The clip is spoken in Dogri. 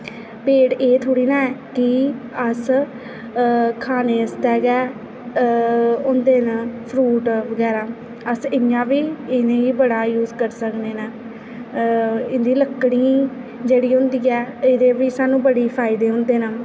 पेड़ एह् थोह्ड़े ना ऐ कि अस खाने आस्तै गै होंदे न फ्रूट बगैरा अस इ'यां बी इ'नें गी बड़ा यूज करी सकने न इं'दी लक्कड़ी जेह्ड़ी होंदी ऐ एह्दे बी सानूं बड़ी फायदे होंदे न